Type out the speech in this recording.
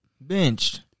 Benched